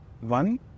one